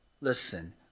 Listen